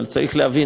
אבל צריך להבין,